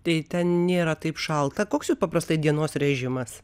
tai ten nėra taip šalta koks jų paprastai dienos režimas